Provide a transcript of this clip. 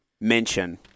mention